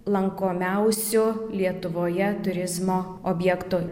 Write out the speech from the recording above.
lankomiausiu lietuvoje turizmo objektu